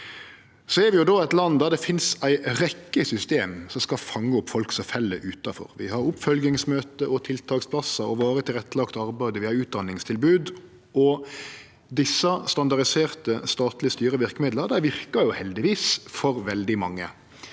Vi er eit land der det finst ei rekkje system som skal fange opp folk som fell utanfor. Vi har oppfølgingsmøte, tiltaksplassar, varig tilrettelagt arbeid og utdanningstilbod, og desse standardiserte statlege styreverkemidla verkar heldigvis for veldig mange,